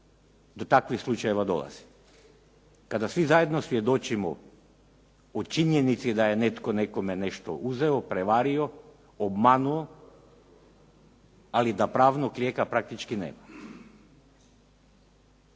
do takvih slučajeva dolazi. Kada svi zajedno svjedočimo o činjenici da je netko nekome nešto uzeo, prevario, obmanuo, ali da pravnog lijeka praktički nema.